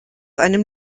einem